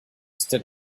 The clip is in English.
stood